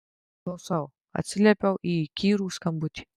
klausau atsiliepiu į įkyrų skambutį